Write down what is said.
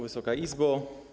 Wysoka Izbo!